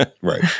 Right